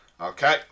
Okay